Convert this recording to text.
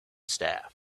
staff